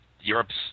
Europe's